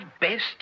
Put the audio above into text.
best